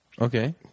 Okay